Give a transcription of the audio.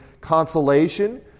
consolation